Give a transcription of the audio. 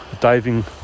diving